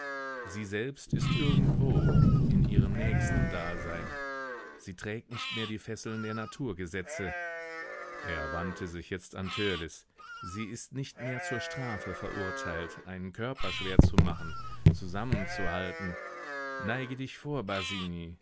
sie selbst ist irgendwo in ihrem nächsten dasein sie trägt nicht mehr die fesseln der naturgesetze er wandte sich jetzt an törleß sie ist nicht mehr zur strafe verurteilt einen körper schwer zu machen zusammenzuhalten neige dich vor